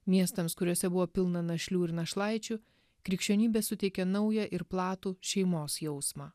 miestams kuriuose buvo pilna našlių ir našlaičių krikščionybė suteikė naują ir platų šeimos jausmą